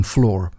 Floor